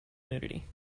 nudity